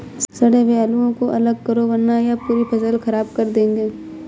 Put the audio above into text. सड़े हुए आलुओं को अलग करो वरना यह पूरी फसल खराब कर देंगे